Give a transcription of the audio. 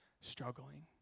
struggling